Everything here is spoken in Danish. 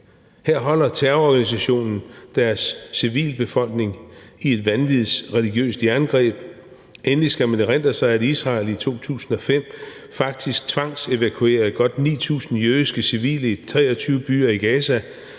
Her holder terrororganisationen deres civilbefolkning i et vanvittigt religiøst jerngreb. Endelig skal man erindre sig, at Israel i 2005 faktisk tvangsevakuerede godt 9.000 jødiske civile i 23 byer i Gaza